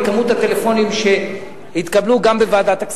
מכמות הטלפונים שהתקבלו גם בוועדת הכספים,